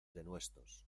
denuestos